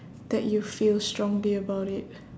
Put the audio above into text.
that you feel strongly about it